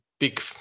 big